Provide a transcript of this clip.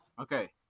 Okay